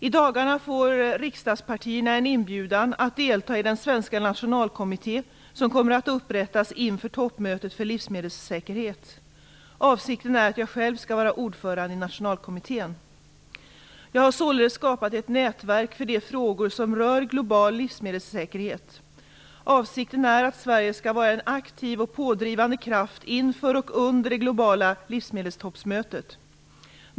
I dagarna får riksdagspartierna en inbjudan att delta i den svenska nationalkommitté som kommer att upprättas inför toppmötet för livsmedelssäkerhet. Avsikten är att jag själv skall vara ordförande i Nationalkommittén. Jag har således skapat ett nätverk för de frågor som rör global livsmedelssäkerhet. Avsikten är att Sverige skall vara en aktiv och pådrivande kraft inför och under det globala livsmedelstoppmötet.